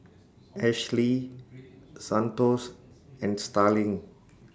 Ashlee Santos and Starling